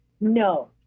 No